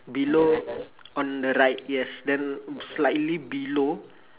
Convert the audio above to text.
below on the right yes then slightly below